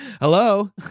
Hello